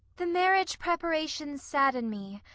the marriage preparations sadden me.